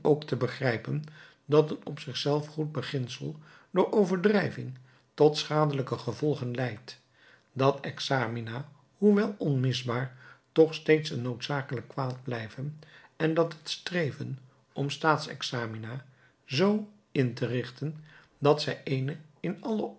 te begrijpen dat een op zich zelf goed beginsel door overdrijving tot schadelijke gevolgen leidt dat examina hoewel onmisbaar toch steeds een noodzakelijk kwaad blijven en dat het streven om staats examina zoo interichten dat zij eenen in alle